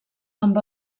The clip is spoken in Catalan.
amb